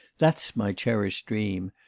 that's my cherished dream.